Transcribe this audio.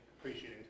appreciating